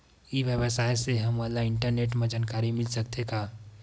ई व्यवसाय से हमन ला इंटरनेट मा जानकारी मिल सकथे का?